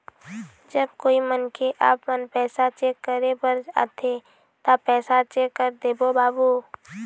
जब कोई मनखे आपमन पैसा चेक करे बर आथे ता पैसा चेक कर देबो बाबू?